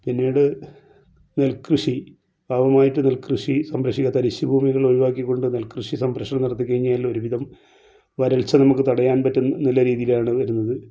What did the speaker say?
പിന്നീട് നെൽക്കൃഷി ആദ്യമായിട്ട് നെൽക്കൃഷി സംരക്ഷിക്കാൻ തരിശ് ഭൂമികളൊഴിവാക്കി കൊണ്ട് നെൽക്കൃഷി സംരക്ഷണം നടത്തി കഴിഞ്ഞാലൊരുവിധം വരൾച്ച നമുക്ക് തടയൻ പറ്റുന്നൊരു രീതീലാണ് വരുന്നത്